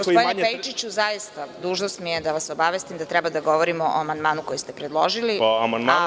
Gospodine Pejčiću, zaista, dužnost mi je da vas obavestim da treba da govorimo o amandmanu koji ste predložili.